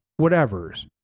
whatevers